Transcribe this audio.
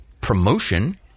promotion